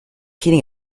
kidding